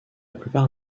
plupart